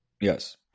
Yes